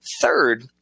Third